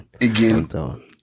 again